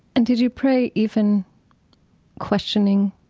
and did you pray even questioning